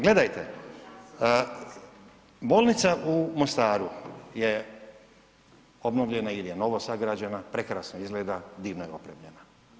Gledajte, bolnica u Mostaru je obnovljena ili je novosagrađena, prekrasno izgleda, divno je opremljena.